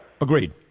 Agreed